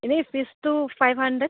এনেই ফিজটো five hundred